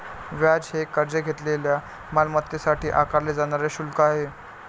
व्याज हे कर्ज घेतलेल्या मालमत्तेसाठी आकारले जाणारे शुल्क आहे